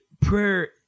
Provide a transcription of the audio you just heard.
prayer